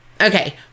Okay